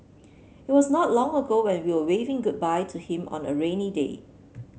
it was not long ago when will waving goodbye to him on a rainy day